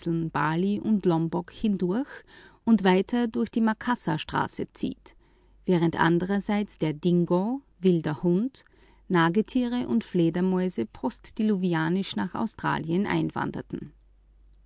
bali und lombok hindurch und weiter durch die makassarstraße zieht und andererseits wanderten der dingo wilder hund nagetiere und fledermäuse u a postdiluvianisch nach australien ein